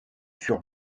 furent